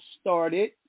started